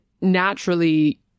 naturally